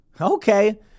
Okay